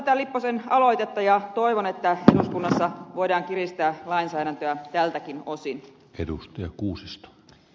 lipposen aloitetta ja toivon että eduskunnassa voidaan kiristää lainsäädäntöä tältäkin osin